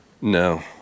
No